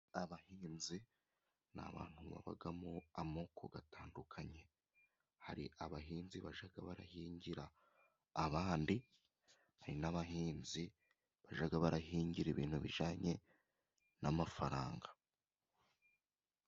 Abahinzi ni abantu babamo amoko atandukanye. Hari abahinzi bajya bahingira abandi ,hari n'abahinzi bajya bahingira ibintu bijyanye n'amafaranga.